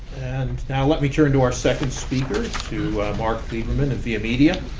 and now, let me turn to our second speaker, to mark lieberman of viamedia.